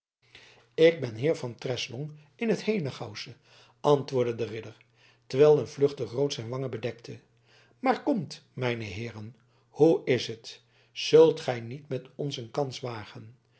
ik ben heer van treslong in t henegouwsche antwoordde de ridder terwijl een vluchtig rood zijn wangen bedekte maar komt mijne heeren hoe is het zult gij niet met ons een kans wagen